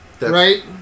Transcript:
Right